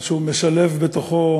שמשלב בתוכו